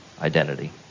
identity